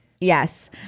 Yes